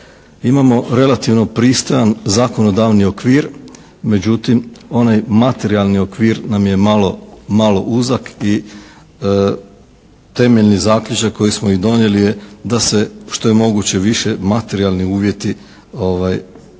Imamo relativno pristojan zakonodavni okvir, međutim onaj materijalni okvir nam je malo uzak i temeljni zaključak koji smo i donijeli je da se što je moguće više materijalni uvjeti poprave.